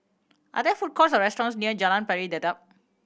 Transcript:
are there food courts or restaurants near Jalan Pari Dedap